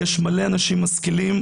יש מלא אנשים משכילים,